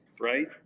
Right